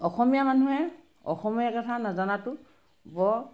অসমীয়া মানুহে অসমীয়া কথা নজনাতো বৰ